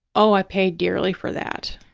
oh, i paid dearly for that.